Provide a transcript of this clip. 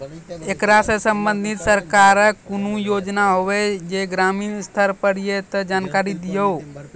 ऐकरा सऽ संबंधित सरकारक कूनू योजना होवे जे ग्रामीण स्तर पर ये तऽ जानकारी दियो?